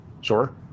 Sure